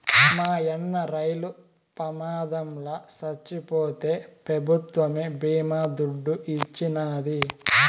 మాయన్న రైలు ప్రమాదంల చచ్చిపోతే పెభుత్వమే బీమా దుడ్డు ఇచ్చినాది